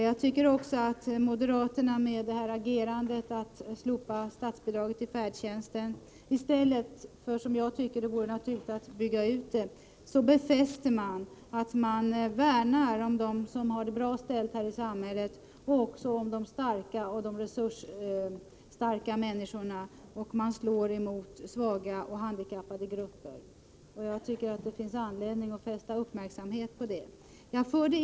När moderaterna vill slopa statsbidraget till färdtjänsteni stället för att — som jag tycker vore naturligt — bygga ut det, befäster man att man värnar om dem som har det bra ställt här i samhället, om de resursstarka människorna, och slår emot svaga och handikappade grupper. Jag tycker att det finns anledning att fästa uppmärksamheten på det.